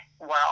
world